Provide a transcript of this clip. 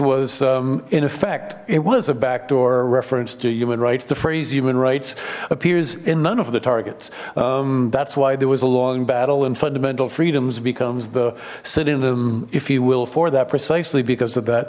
was in effect it was a backdoor reference to human rights the phrase human rights appears in none of the targets that's why there was a long battle and fundamental freedoms becomes the city of them if you will for that precisely because of that